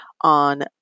on